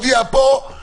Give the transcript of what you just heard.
אפשר קבוצות נפרדות.